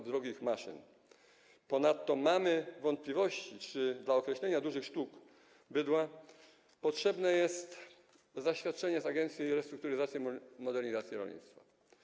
Ponadto mamy wątpliwości, czy dla określenia dużych sztuk bydła potrzebne jest zaświadczenie z Agencji Restrukturyzacji i Modernizacji Rolnictwa.